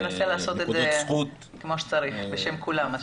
ננסה לעשות את זה כמו שצריך בשביל כולם.